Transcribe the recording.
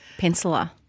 penciler